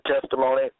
testimony